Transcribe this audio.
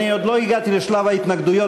אני עוד לא הגעתי לשלב ההתנגדויות,